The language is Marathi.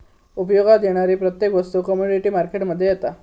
उपयोगात येणारी प्रत्येक वस्तू कमोडीटी मार्केट मध्ये येता